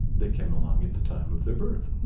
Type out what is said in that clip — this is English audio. they came along at the time of their birth.